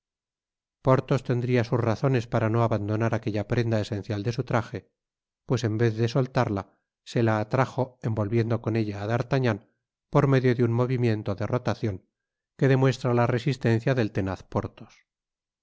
porthos tendría sus razones para no abandonar aquella prenda esencial de su traje pues en vez de soltarla se la atrajo envolviendo con ella á d'artagnan por medio de un movimiento de rotacion que demuestra la resistencia del tenaz porthos